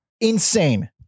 Insane